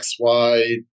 XY